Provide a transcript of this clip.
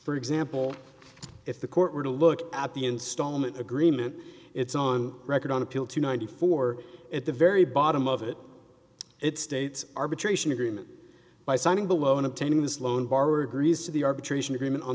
for example if the court were to look at the installment agreement it's on record on appeal to ninety four at the very bottom of it it states arbitration agreement by signing below in obtaining this loan borrower griese to the arbitration agreement on